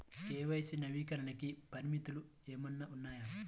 KYC నవీకరణకి పరిమితులు ఏమన్నా ఉన్నాయా?